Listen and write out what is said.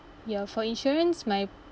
ya for insurance my